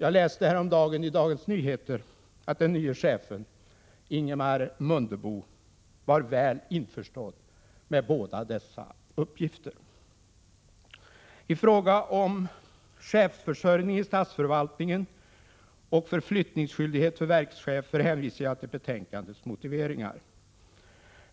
Jag läste häromdagen i Dagens Nyheter att den nya chefen Ingemar Mundebo var väl införstådd med båda dessa uppgifter. I fråga om chefsförsörjningen i statsförvaltningen och förflyttningsskyldigheten för verkschefer hänvisar jag till betänkandets motiveringar.